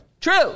True